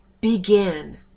begin